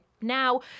now